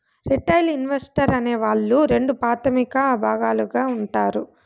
retail investor అనే వాళ్ళు రెండు ప్రాథమిక భాగాలుగా ఉంటారు